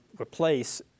replace